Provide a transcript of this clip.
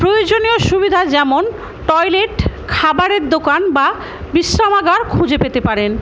প্রয়োজনীয় সুবিধা যেমন টয়লেট খাবারের দোকান বা বিশ্রামাগার খুঁজে পেতে পারেন